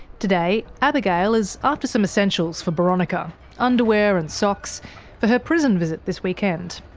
today abigail is after some essentials for boronika underwear and socks for her prison visit this weekend.